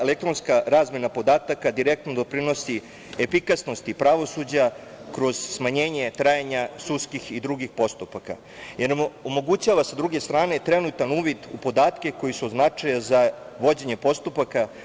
Elektronska razmena podataka direktno doprinosi efikasnosti pravosuđa kroz smanjenje trajanja sudskih i drugih postupaka jer omogućava, sa druge strane, trenutan uvid u podatke koji su od značaja za vođenje postupaka.